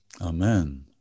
Amen